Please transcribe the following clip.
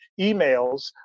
emails